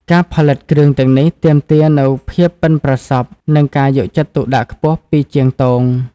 ការផលិតគ្រឿងទាំងនេះទាមទារនូវភាពប៉ិនប្រសប់ និងការយកចិត្តទុកដាក់ខ្ពស់ពីជាងទង។